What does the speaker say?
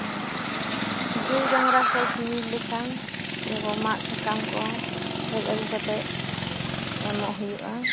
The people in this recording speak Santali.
ᱜᱟᱹᱭ ᱰᱟᱝᱨᱟ ᱠᱚ ᱪᱤᱰᱤᱨ ᱞᱮᱠᱷᱟᱱ ᱞᱟᱹᱭᱟᱠᱚ ᱢᱟᱫ ᱥᱟᱠᱟᱢ ᱠᱚ ᱦᱮᱡ ᱟᱹᱜᱩ ᱠᱟᱛᱮᱫ ᱮᱢᱚᱜ ᱦᱩᱭᱩᱜ ᱟ